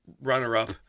runner-up